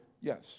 yes